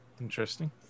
Interesting